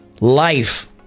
life